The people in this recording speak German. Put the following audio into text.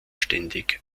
ständig